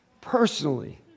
personally